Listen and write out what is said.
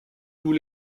tous